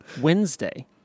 Wednesday